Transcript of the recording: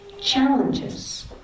challenges